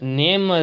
name